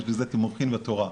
יש בזה תימוכין בתורה.